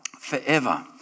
Forever